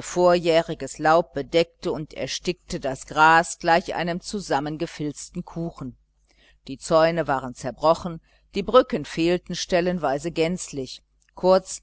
vorjähriges laub bedeckte und erstickte das gras gleich einem zusammengefilzten kuchen die zäune waren zerbrochen die brücken fehlten stellenweise gänzlich kurz